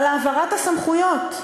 על העברת הסמכויות.